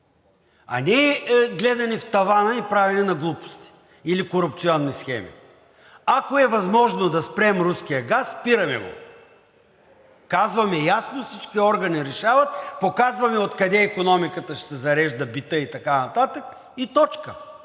а не гледане в тавана и правене на глупости или корупционни схеми. Ако е възможно да спрем руския газ, спираме го, казваме ясно, всички органи решават, показваме откъде икономиката ще се зарежда, битът и така нататък и точка.